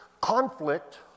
conflict